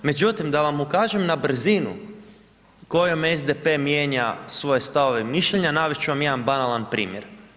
Međutim, da vam ukažem na brzinu kojom SDP mijenja svoje stavove i mišljenja navest ću vam jedan banalan primjer.